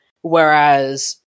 Whereas